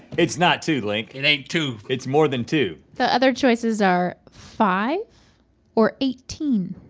it's not two, link. it ain't two. it's more than two. the other choices are five or eighteen.